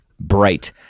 Bright